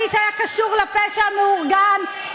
האיש היה קשור לפשע המאורגן,